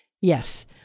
Yes